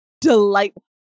delightful